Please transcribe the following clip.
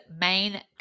main